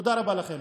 תודה רבה לכם.